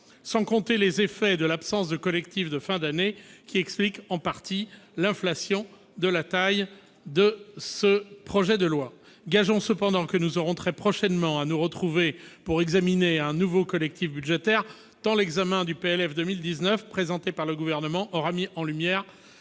s'ajouter les effets de l'absence de collectif de fin d'année, qui expliquent en partie « l'inflation » de taille de ce projet de loi de finances. Gageons cependant que nous aurons très prochainement à nous retrouver pour examiner un nouveau collectif budgétaire, tant l'examen du projet de loi de finances pour 2019 présenté par le Gouvernement aura mis en lumière